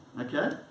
okay